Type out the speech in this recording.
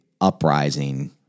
uprising